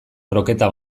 kroketa